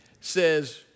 says